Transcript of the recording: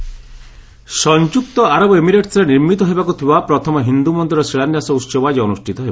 Abu Dhabi temple ସଂଯୁକ୍ତ ଆରବ ଏମିରେଟ୍ସରେ ନିର୍ମିତ ହେବାକୁ ଥିବା ପ୍ରଥମ ହିନ୍ଦୁ ମନ୍ଦିରର ଶିଳାନ୍ୟାସ ଉତ୍ସବ ଆଜି ଅନୁଷ୍ଠିତ ହେବ